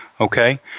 Okay